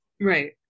Right